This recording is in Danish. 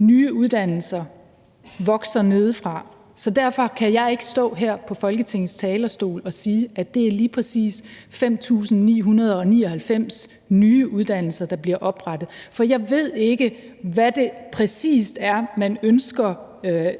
nye uddannelser vokser nedefra, så derfor kan jeg ikke stå her på Folketingets talerstol og sige, at det er lige præcis 5.999 nye uddannelsespladser, der skal oprettes, for jeg ved ikke, hvad det præcist er, man ønsker